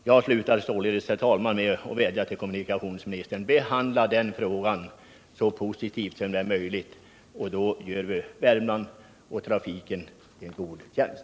Jag slutar således, herr talman, med att vädja till kommunikationsministern: Behandla den här frågan så positivt som det är möjligt. Då gör vi Värmland och trafiken en god tjänst.